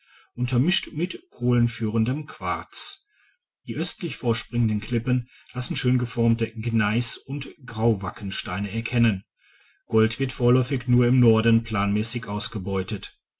untermischt mit kohlenführendem quarz die östlich vorspringenden klippen lassen schön geformte gneiss und grauwackensteine erkennen gold wird vorläufig nur im norden planmässig ausgebeutet